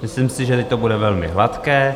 Myslím si, že teď to bude velmi hladké.